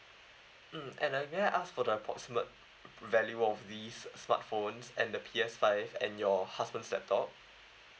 mm and uh may I ask for the approximate value of these smart phones and the P_S five and your husband's laptop